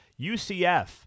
UCF